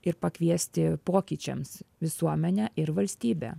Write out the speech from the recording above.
ir pakviesti pokyčiams visuomenę ir valstybę